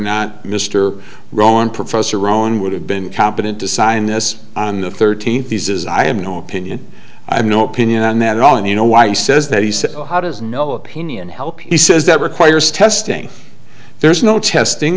not mr rowan professor roan would have been competent to sign this on the thirteenth visa's i have no opinion i have no opinion on that at all and you know why he says that he said how does no opinion help he says that requires testing there's no testing